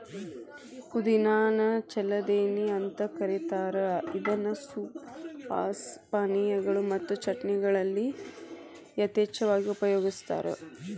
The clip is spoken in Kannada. ಪುದಿನಾ ನ ಜಲದೇವಿ ಅಂತ ಕರೇತಾರ ಇದನ್ನ ಸೂಪ್, ಸಾಸ್, ಪಾನೇಯಗಳು ಮತ್ತು ಚಟ್ನಿಗಳಲ್ಲಿ ಯಥೇಚ್ಛವಾಗಿ ಉಪಯೋಗಸ್ತಾರ